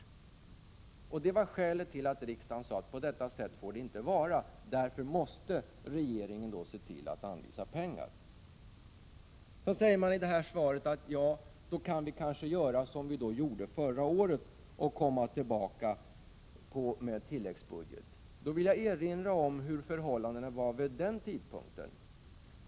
Det var skälet till att riksdagen sade att det inte får vara på detta sätt och att regeringen därför måste se till att anvisa pengar. Utbildningsministern säger sedan i svaret att regeringen kan göra som förra året och komma tillbaka i tilläggsbudgeten. Jag vill erinra om hur förhållandena var vid den aktuella tidpunkten.